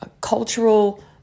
cultural